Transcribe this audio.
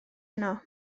heno